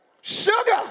Sugar